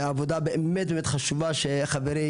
העבודה הבאמת באמת חשובה שחברי,